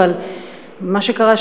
אבל מה שקרה,